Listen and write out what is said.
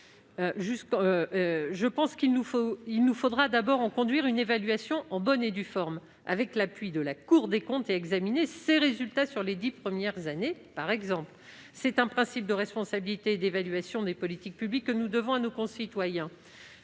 de trente ans, il nous faut d'abord conduire une évaluation en bonne et due forme, avec l'appui de la Cour des comptes, et examiner les résultats du dispositif sur les dix premières années, par exemple. C'est un principe de responsabilité et d'évaluation des politiques publiques, que nous devons à nos concitoyens.